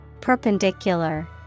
Perpendicular